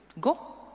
go